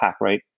right